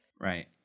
Right